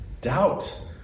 Doubt